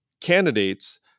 candidates